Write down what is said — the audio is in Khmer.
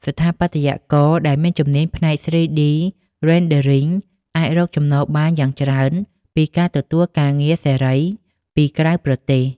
ស្ថាបត្យករដែលមានជំនាញផ្នែក 3D Rendering អាចរកចំណូលបានយ៉ាងច្រើនពីការទទួលការងារសេរី ពីក្រៅប្រទេស។